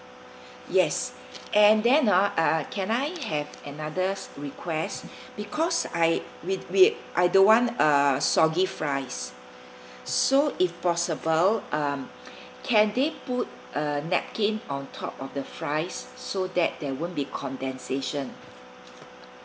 yes and then ah uh I can I have another request because I we we I don't want uh soggy fries so if possible um can they put a napkin on top of the fries so that there won't be condensation